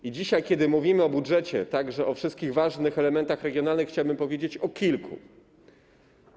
I dzisiaj, kiedy mówimy o budżecie, także o wszystkich ważnych elementach regionalnych, chciałbym powiedzieć o kilku z nich.